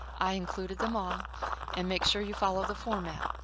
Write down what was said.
i included them all and make sure you follow the format.